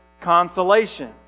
consolation